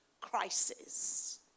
crisis